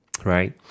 Right